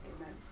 amen